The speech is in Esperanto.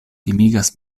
timigas